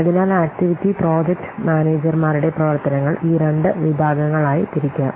അതിനാൽ activity project മാനേജർമാരുടെ പ്രവർത്തനങ്ങൾ ഈ രണ്ട് വിഭാഗങ്ങളായി തിരിക്കാം